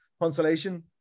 consolation